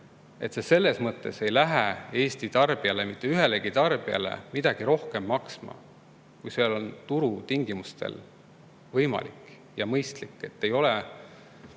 ei lähe selles mõttes Eesti tarbijale, mitte ühelegi tarbijale, midagi rohkem maksma, kui see on turutingimustel võimalik ja mõistlik. Ei ole